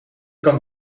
kan